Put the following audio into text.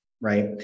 right